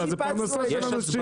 זאת פרנסה של אנשים.